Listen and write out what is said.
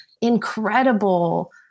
incredible